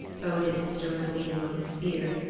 odin stood leaning on his spear,